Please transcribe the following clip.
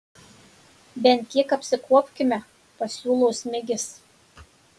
bent kiek apsikuopkime pasiūlo smigis